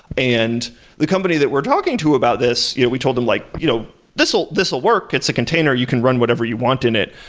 and the company that we're talking to about this, yeah we told them like, you know this will work. it's a container. you can run whatever you want in it.